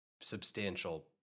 substantial